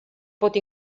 pot